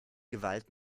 gewalt